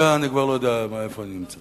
אני כבר לא יודע איפה אני נמצא.